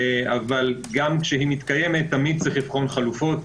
וגם כשהיא מתקיימת תמיד צריך לבחון חלופות,